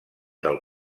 del